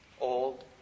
old